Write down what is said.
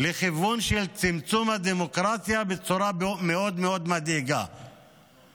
לכיוון של צמצום הדמוקרטיה בצורה מדאיגה מאוד מאוד.